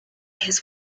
his